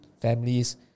families